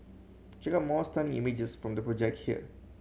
check out more stunning images from the project here